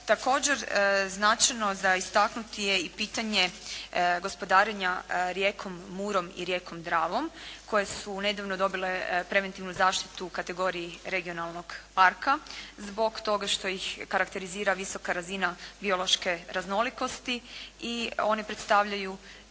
Također značajno za istaknuti je i pitanje gospodarenja rijekom Murom i rijekom Dravom koje su nedavno dobile preventivnu zaštitu u kategoriji regionalnog parka zbog toga što ih karakterizira visoka razina biološke raznolikosti i one predstavljaju